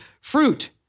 fruit